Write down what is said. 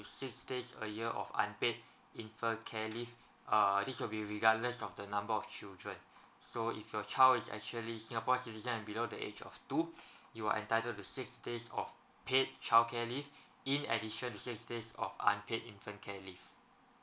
six days a year of unpaid infant care leave uh this will be regardless of the number of children so if your child is actually singapore citizen and below the age of two you are entitled to six days of paid childcare leave in addition to six days of unpaid infant care leave